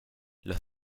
los